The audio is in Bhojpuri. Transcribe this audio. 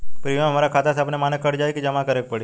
प्रीमियम हमरा खाता से अपने माने कट जाई की जमा करे के पड़ी?